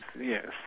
Yes